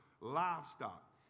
livestock